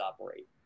operate